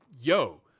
Yo